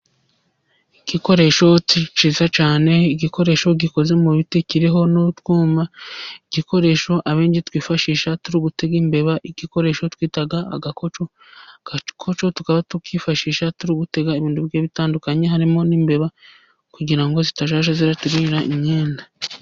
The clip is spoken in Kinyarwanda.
Igikoreshoti cyiza cyane, igikoresho gikoze mu biti kiriho n'utwuma, igikoresho abenshi twifashisha turi gutega imbeba, igikoresho twita agakoco. Agakoco tukaba tukifashisha turi gutega ibintu bigiye bitandukanye harimo n'imbeba, kugira ngo zitajya ziturira imyenda.